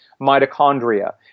mitochondria